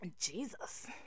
jesus